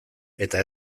eta